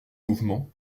mouvement